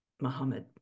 Muhammad